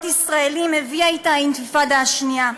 ישראלים הביאה אתה האינתיפאדה השנייה,